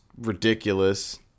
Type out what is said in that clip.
ridiculous